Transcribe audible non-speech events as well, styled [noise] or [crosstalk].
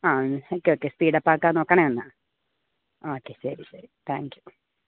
ആ [unintelligible] speed up ആക്കാൻ നോക്കണേ ഒന്ന് ആ ഒക്കെ ഒക്കെ ശരി ശരി താങ്ക് യൂ